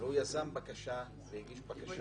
אבל הוא יזם בקשה והגיש בקשה.